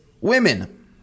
women